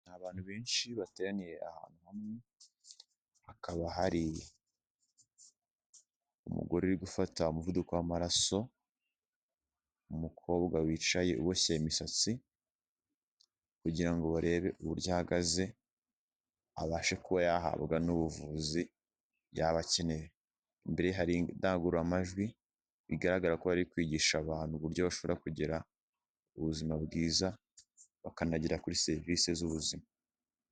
Abantu benshi bateye ahantu hamwe, hakaba hari umugore uri gufata umuvuduko w'amaraso, umukobwa wicaye uboshye imisatsi, kugira ngo barebe uburyo ahagaze, abashe kuba yahabwa n'ubuvuzi, yaba akeneye. Imbere ye hari indangururamajwi, bigaragara ko bari kwigisha abantu uburyo bashobora kugira ubuzima bwiza, bakanagera kuri serivise z'ubuzima.